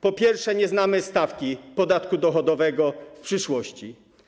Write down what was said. Po pierwsze, nie znamy stawki podatku dochodowego w przyszłości.